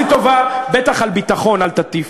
ותעשי טובה, בטח על ביטחון אל תטיפו.